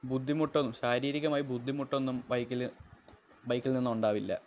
ബുദ്ധിമുട്ടൊന്നും ശാരീരികമായി ബുദ്ധിമുട്ടൊന്നും ബൈക്കില് നിന്നും ഒണ്ടാവില്ല